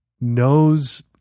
knows